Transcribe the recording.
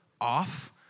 off